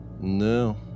No